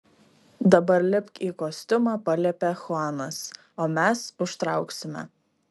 dabar lipk į kostiumą paliepė chuanas o mes užtrauksime